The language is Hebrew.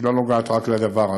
שלא נוגעת רק לדבר הזה,